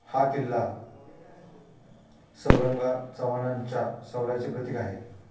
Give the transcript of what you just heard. हा किल्ला सौरंगा चव्हानांच्या शौर्याचे प्रतीक आहे